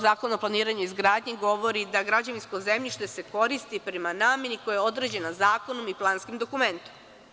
Zakona o planiranju i izgradnji govori da se građevinsko zemljište koristi prema nameni koja je određena zakonom i planskim dokumentom.